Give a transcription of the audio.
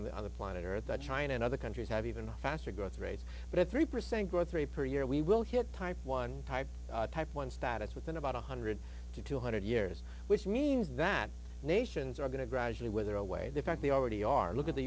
on the other planet earth that china and other countries have even faster growth rates but at three percent growth rate per year we will hit type one type type one status within about one hundred to two hundred years which means that nations are going to gradually wither away the fact they already are look at the